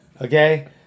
Okay